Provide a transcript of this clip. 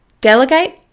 Delegate